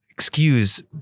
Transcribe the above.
excuse